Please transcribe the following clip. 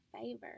favor